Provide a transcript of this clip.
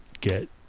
get